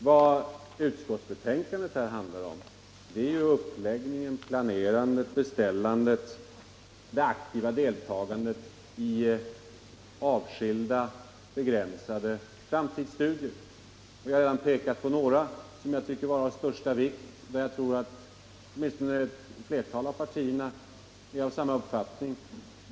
Vad utskottsbetänkandet handlar om är planeringen, beställandet och det aktiva deltagandet i avskilda, begränsade framtidsstudier. Jag har redan pekat på några exempel som är av största vikt och som jag tror att ett flertal partier har samma uppfattning om.